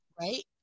Right